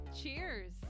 Cheers